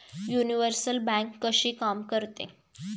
Universal bank कशी काम करते?